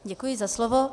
Děkuji za slovo.